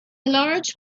large